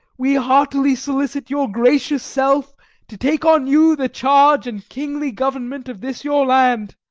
we heartily solicit your gracious self to take on you the charge and kingly government of this your land